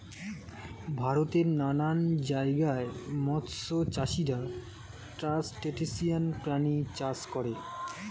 ভারতের নানান জায়গায় মৎস্য চাষীরা ক্রাসটেসিয়ান প্রাণী চাষ করে